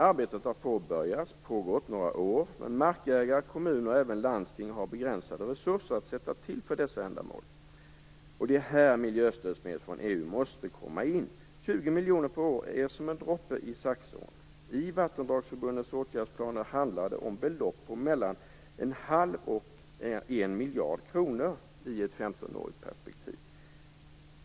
Arbetet har påbörjats, det har pågått i några år, men markägare, kommuner och även landsting har begränsade resurser att sätta till för dessa ändamål. Det är här miljöstödsmedel från EU måste komma in. 20 miljoner per år är som en droppe i Saxån. I vattendragsförbundens åtgärdsplaner handlar det om belopp på mellan 1⁄2 och 1 miljard kronor i ett 15-årigt perspektiv.